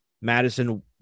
Madison